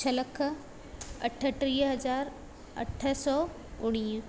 छह लख अठटीह हज़ार अठ सौ उणिवीह